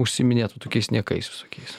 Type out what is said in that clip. užsiiminėt va tokiais niekais visokiais